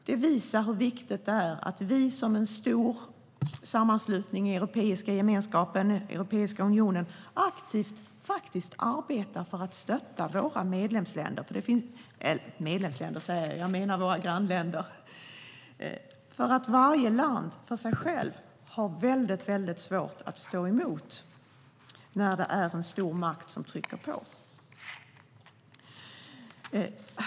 Det visar hur viktigt det är att vi som en stor sammanslutning, Europeiska unionen, aktivt arbetar för att stötta våra grannländer. Varje land har väldigt svårt att ensamt stå emot när en stormakt trycker på.